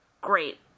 great